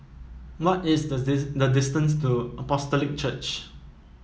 what is the this the distance to Apostolic Church